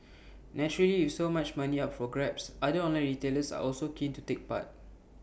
naturally with so much money up for grabs other online retailers are also keen to take part